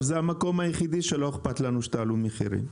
זה המקום היחידי שלא אכפת לנו שתעלו מחירים.